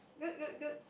good good good